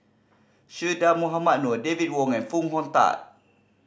Che Dah Mohamed Noor David Wong and Foo Hong Tatt